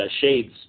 shades